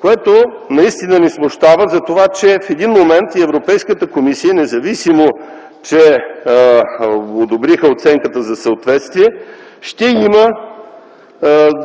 което наистина ни смущава, затова че в един момент и Европейската комисия, независимо че одобриха оценката за съответствие, ще има